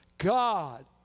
God